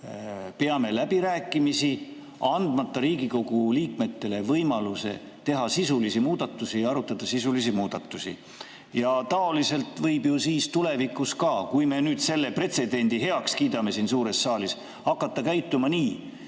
peame läbirääkimisi, andmata Riigikogu liikmetele võimalust teha sisulisi muudatusi ja arutada sisulisi muudatusi. Taoliselt võib ju siis ka tulevikus, juhul kui me nüüd selle pretsedendi siin suures saalis heaks kiidame,